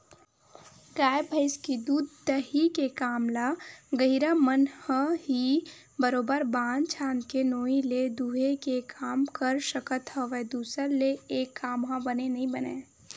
गाय भइस के दूद दूहई के काम ल गहिरा मन ह ही बरोबर बांध छांद के नोई ले दूहे के काम कर सकत हवय दूसर ले ऐ काम ह बने नइ बनय